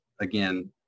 again